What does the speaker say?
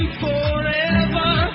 forever